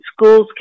schools